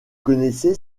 connaissez